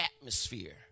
atmosphere